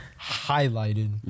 highlighted